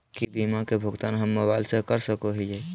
की बीमा के भुगतान हम मोबाइल से कर सको हियै?